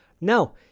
No